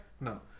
No